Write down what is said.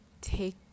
take